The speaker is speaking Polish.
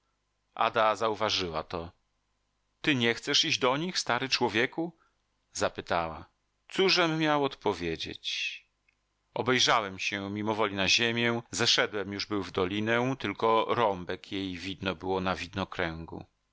odrazą ada zauważyła to ty nie chcesz iść do nich stary człowieku zapytała cóżem miał odpowiedzieć obejrzałem się mimowoli na ziemię zeszedłem już był w dolinę tylko rąbek jej widno było